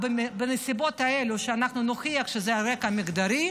בנסיבות האלה שנוכיח שזה על רקע מגדרי,